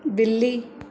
बिल्ली